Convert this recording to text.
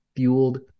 fueled